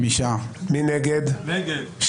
מי נגד?